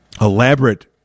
elaborate